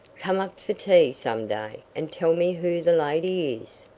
come up for tea some day and tell me who the lady is.